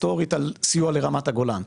על סיוע לרמת הגולן.